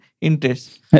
interest